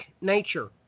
nature